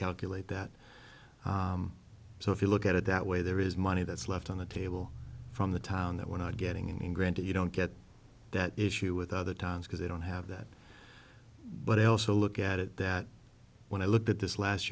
calculate that so if you look at it that way there is money that's left on the table from the town that when i getting in granted you don't get that issue with other times because they don't have that but i also look at it that when i looked at this last